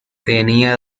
tenía